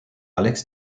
alex